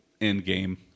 Endgame